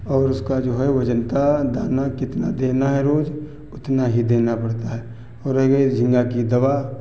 और उसका जो है वजनता दाना कितना देना है रोज़ उतना ही देना पड़ता है और रह गई झींगा की दवा